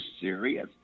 serious